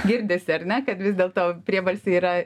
girdisi ar ne kad vis dėlto priebalsiai yra